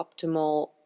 optimal